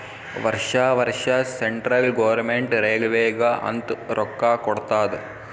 ವರ್ಷಾ ವರ್ಷಾ central government ರೈಲ್ವೇಗ ಅಂತ್ ರೊಕ್ಕಾ ಕೊಡ್ತಾದ್